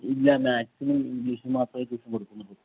ഇല്ല മാത് സിനും ഇംഗ്ലീഷിനും മാത്രമേ ട്യൂഷൻ കൊടുക്കുന്നുള്ളു